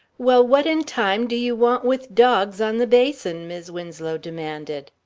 well, what in time do you want with dogs on the basin? mis' winslow demanded.